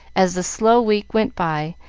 as the slow week went by,